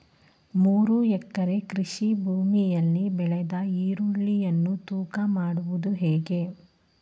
ಮೂರು ಎಕರೆ ಕೃಷಿ ಭೂಮಿಯಲ್ಲಿ ಬೆಳೆದ ಈರುಳ್ಳಿಯನ್ನು ತೂಕ ಮಾಡುವುದು ಹೇಗೆ?